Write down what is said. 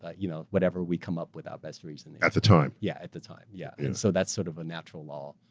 ah you know whatever we come up with our best reasoning. at the time. yeah, at the time. yeah and so that's sort of a natural law